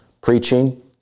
Preaching